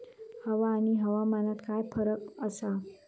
हवा आणि हवामानात काय फरक असा?